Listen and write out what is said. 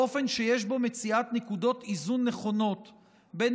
באופן שיש בו מציאת נקודות איזון נכונות בין